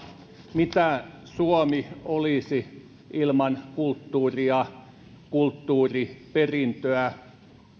mitä suomi olisi ilman kulttuuria kulttuuriperintöä